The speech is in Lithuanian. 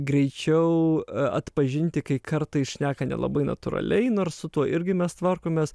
greičiau atpažinti kai kartais šneka nelabai natūraliai nors su tuo irgi mes tvarkomės